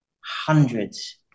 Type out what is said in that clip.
hundreds